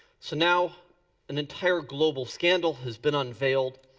so now an entire global scandal has been unveiled.